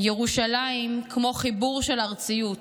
ירושלים כמו חיבור של ארציות,